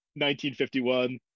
1951